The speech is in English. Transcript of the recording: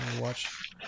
watch